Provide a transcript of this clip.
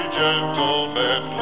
gentlemen